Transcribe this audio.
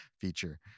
feature